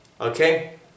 okay